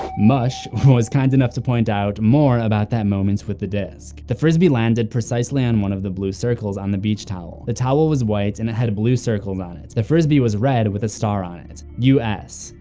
mush was kind enough to point out more about that moment with the disk. the frisbee landed precisely on one of the blue circles on the beach towel. the towel was white, it and had blue circles on it and the frisbee was red with a star on it. us.